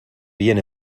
bien